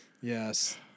Yes